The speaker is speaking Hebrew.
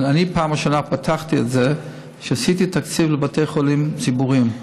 אני פתחתי את זה בפעם הראשונה כשעשיתי תקציב לבתי חולים ציבוריים,